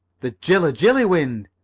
the jilla-jilly wind!